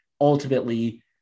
ultimately